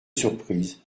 surprise